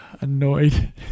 Annoyed